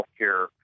healthcare